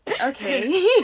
okay